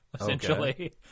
essentially